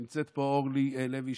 נמצאת פה אורלי לוי,